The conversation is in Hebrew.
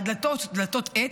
הדלתות, דלתות עץ,